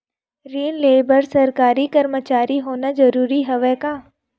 ऋण ले बर सरकारी कर्मचारी होना जरूरी हवय का?